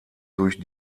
durch